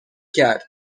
کرد